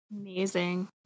Amazing